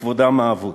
מכבודם האבוד.